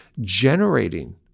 generating